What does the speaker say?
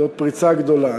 זאת פריצה גדולה.